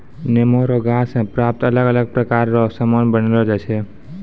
नेमो रो गाछ से प्राप्त अलग अलग प्रकार रो समान बनायलो छै